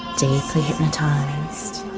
deeply hypnotised.